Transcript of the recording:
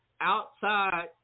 outside